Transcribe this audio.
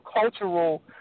cultural